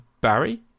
Barry